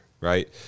right